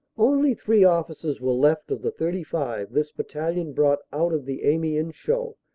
only three officers were left of the thirty five this battalion brought out of the amiens show,